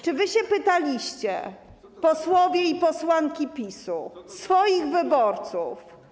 Czy wy się pytaliście, posłowie i posłanki PiS-u, swoich wyborców.